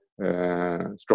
strong